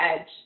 edge